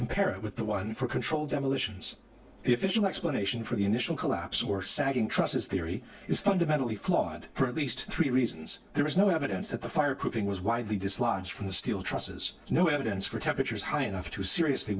compare it with the one for controlled demolitions if it's an explanation for the initial collapse or sagging trusses theory is fundamentally flawed for at least three reasons there is no evidence that the fireproofing was widely dislodged from the steel trusses no evidence for temperatures high enough to seriously